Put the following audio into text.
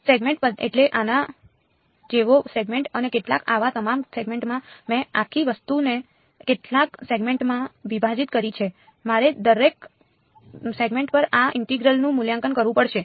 segment એટલે આના જેવો સેગમેન્ટ અને કેટલાક આવા તમામ સેગમેન્ટમાં મેં આખી વસ્તુને કેટલાક સેગમેન્ટમાં વિભાજિત કરી છે મારે દરેક સેગમેન્ટ પર આ ઇન્ટિગ્રલનું મૂલ્યાંકન કરવું પડશે